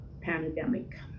pandemic